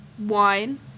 wine